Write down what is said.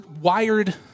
wired